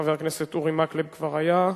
חבר הכנסת אורי מקלב כבר היה.